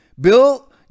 Bill